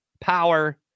power